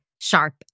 Sharp